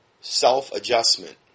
self-adjustment